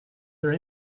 their